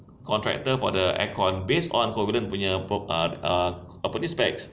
contractor for the aircon based on covalent punya propo~ ah ah apa ni specs